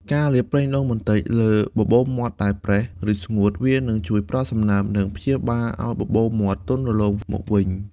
ការលាបប្រេងដូងបន្តិចលើបបូរមាត់ដែលប្រេះ ឬស្ងួត វានឹងជួយផ្តល់សំណើម និងព្យាបាលឲ្យបបូរមាត់ទន់រលោងមកវិញ។